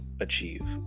achieve